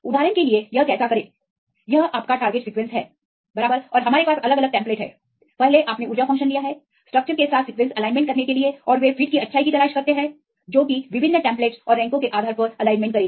उदाहरण के लिए यह कैसे करें यह आपका लक्ष्य सीक्वेंस सही है और हमारे पास अलग अलग टेम्पलेट हैं पहले आपने ऊर्जा फ़ंक्शन लिया है स्ट्रक्चर के साथ सीक्वेंस एलाइनमेंट करने के लिए और फिर वे फिट की अच्छाई की तलाश करते हैं जो कि विभिन्न टेम्पलेट्स और रैंकों के आधार पर एलाइनमेंट करेगा